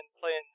playing